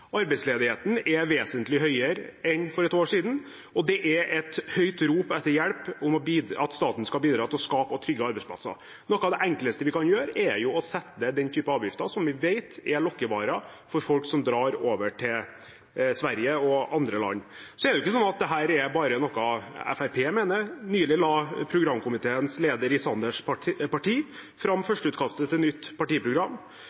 og det er et høyt rop etter hjelp om at staten skal bidra til å skape og trygge arbeidsplasser. Noe av det enkleste vi kan gjøre, er å sette ned den typen avgifter på det vi vet er lokkevarer for folk som drar over til Sverige og andre land. Dette er ikke noe bare Fremskrittspartiet mener. Nylig la programkomiteens leder i Sanners parti fram